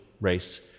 race